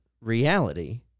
reality